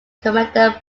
commander